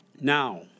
Now